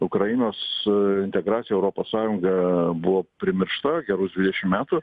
ukrainos integracija į europos sąjungą buvo primiršta gerus dvidešim metų